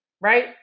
right